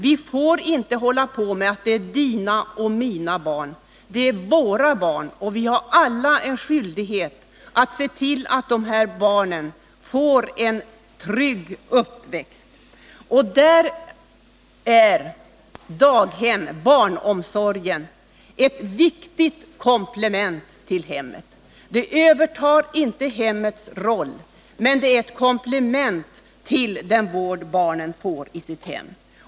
Vi får inte säga att det är dina och mina barn, för det är våra barn, och vi har alla en skyldighet att se till att de här barnen får en trygg uppväxt. Då är daghem och barnomsorg över huvud taget ett viktigt komplement till hemmet. Barnomsorgen övertar inte hemmets roll, men den är ett komplement till den vård barnen får i sitt hem.